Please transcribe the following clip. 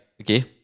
okay